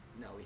no